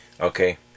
Okay